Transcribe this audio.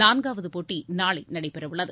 நான்காவது போட்டி நாளை நடைபெறவுள்ளது